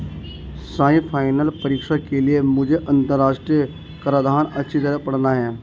CA final परीक्षा के लिए मुझे अंतरराष्ट्रीय कराधान अच्छी तरह पड़ना है